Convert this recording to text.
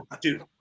dude